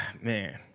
Man